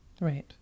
Right